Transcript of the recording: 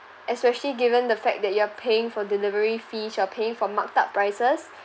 especially given the fact that you are paying for delivery fees you're paying for marked up prices